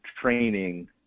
training